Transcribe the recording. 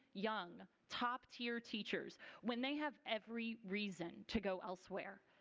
young, top-tier teachers when they have every reason to go elsewhere?